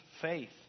faith